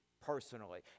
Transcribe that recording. personally